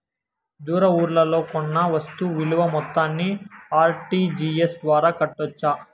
దూర ఊర్లలో కొన్న వస్తు విలువ మొత్తాన్ని ఆర్.టి.జి.ఎస్ ద్వారా కట్టొచ్చా?